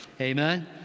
amen